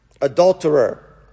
adulterer